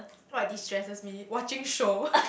what destresses me watching show